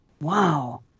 Wow